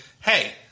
Hey